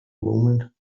woman